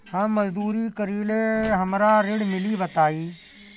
हम मजदूरी करीले हमरा ऋण मिली बताई?